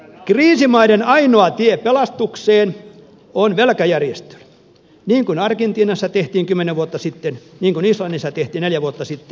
kriisimaiden ainoa tie pelastukseen on velkajärjestely niin kuin argentiinassa tehtiin kymmenen vuotta sitten niin kuin islannissa tehtiin neljä vuotta sitten